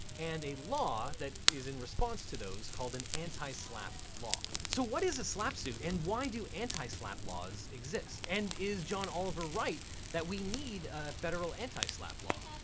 and a law that is in response to those called an anti-slapp law. so what is a slapp suit and why do anti-slapp laws exist? and is john oliver right that we need a federal anti-slapp law?